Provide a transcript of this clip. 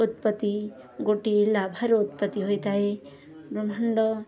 ଉତ୍ପତ୍ତି ଗୋଟିଏ ଲାଭାର ଉତ୍ପତ୍ତି ହୋଇଥାଏ ବ୍ରହ୍ମାଣ୍ଡ